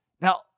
Now